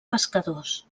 pescadors